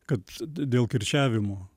kad dėl kirčiavimo